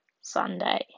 Sunday